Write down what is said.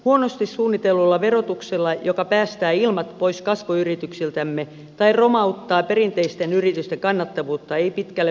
huonosti suunnitellulla verotuksella joka päästää ilmat pois kasvuyrityksiltämme tai romauttaa perinteisten yritysten kannattavuutta ei pitkälle pötkitä